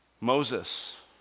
Moses